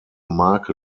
marke